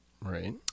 Right